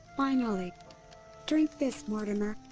finally. drink this, mortimer.